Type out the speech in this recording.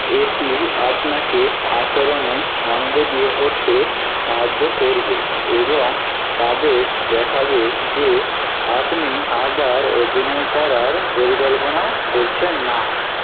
এটি আপনাকে আচরণে মনোযোগী হতে সাহায্য করবে এবং তাদের দেখাবে যে আপনি আবার অভিনয় করার পরিকল্পনা করছেন না